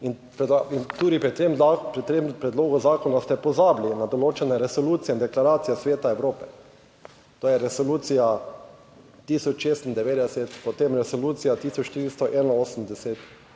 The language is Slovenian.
in tudi pri tem predlogu zakona ste pozabili na določene resolucije in deklaracijo Sveta Evrope. To je resolucija 1096, potem resolucija 1481,